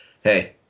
hey